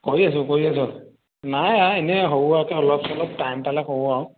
কৰি আছোঁ কৰি আছোঁ নাই আই এনেই সৰু অলপ চলপ টাইম পালে সৰু আৰু